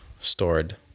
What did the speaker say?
stored